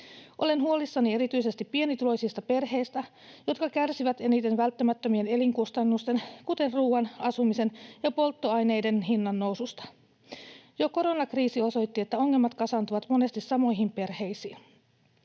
Olen huolissani erityisesti pienituloisista perheistä, jotka kärsivät eniten välttämättömien elinkustannusten kuten ruuan, asumisen ja polttoaineiden hinnannoususta. Jo koronakriisi osoitti, että ongelmat kasaantuvat monesti samoihin perheisiin.